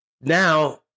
now